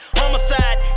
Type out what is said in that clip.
homicide